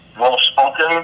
well-spoken